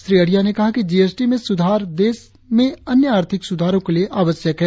श्री अढ़िया ने कहा कि जीएसटी में सुधार देश में अन्य आर्थिक सुधारो के लिए आवश्यक है